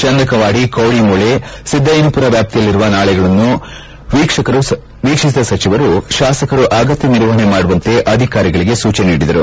ಚಂದಕವಾಡಿ ಕೋಡಿಮೋಳೆ ಸಿದ್ದಯ್ಲನಪುರ ವ್ಯಾಪ್ತಿಯಲ್ಲಿನ ನಾಲೆಗಳನ್ನು ವೀಕ್ಷಿಸಿದ ಸಚಿವರು ಶಾಸಕರು ಅಗತ್ಯ ನಿರ್ವಹಣೆ ಮಾಡುವಂತೆ ಅಧಿಕಾರಿಗಳಿಗೆ ಸೂಚನೆ ನೀಡಿದರು